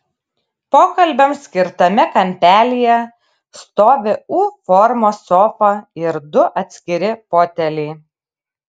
pokalbiams skirtame kampelyje stovi u formos sofa ir du atskiri foteliai